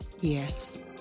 Yes